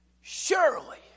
Surely